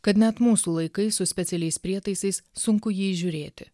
kad net mūsų laikais su specialiais prietaisais sunku jį įžiūrėti